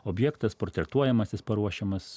objektas portretuojamasis paruošimas